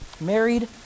Married